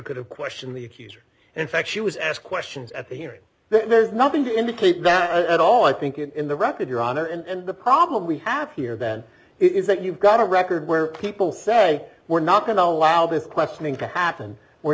could have questioned the accuser and in fact she was asked questions at the hearing there's nothing to indicate that at all i think in the record your honor and the problem we have here then is that you've got a record where people say we're not going to allow this questioning to happen we're